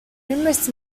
numerous